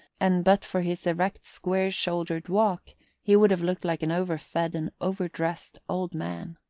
and but for his erect square-shouldered walk he would have looked like an over-fed and over-dressed old man.